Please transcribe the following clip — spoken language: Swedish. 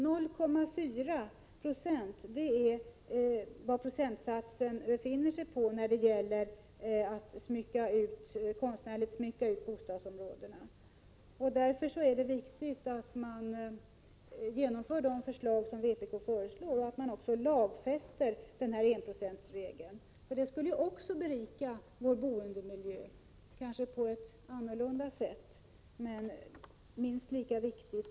0,4 96 av byggkostnaden är vad som i dag satsas på konstnärlig utsmyckning i bostadsområdena. Därför är det viktigt att vpk:s förslag genomförs och att enprocentsregeln lagfästs. Det skulle också berika vår boendemiljö, kanske på ett annorlunda sätt men minst lika viktigt.